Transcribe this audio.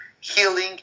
healing